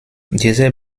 dieser